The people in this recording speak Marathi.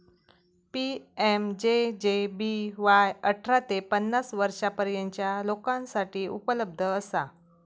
पी.एम.जे.जे.बी.वाय अठरा ते पन्नास वर्षांपर्यंतच्या लोकांसाठी उपलब्ध असा